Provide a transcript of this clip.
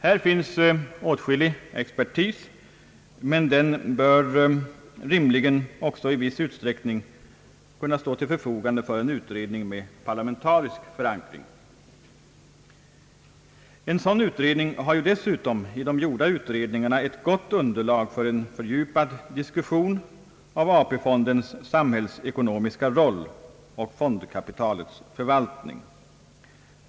Här finns god tillgång på expertis, men den bör rimligen också i viss utsträckning kunna stå till förfogande för en utredning med parlamentarisk förankring. En sådan utredning har ju dessutom i de gjorda utredningarna ett gott underlag för en fördjupad diskussion av AP fondens samhällsekonomiska roll och fondkapitalets förvaltning.